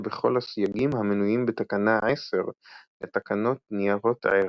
בכל הסייגים המנויים בתקנה 10 לתקנות ניירות ערך,,